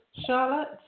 Charlotte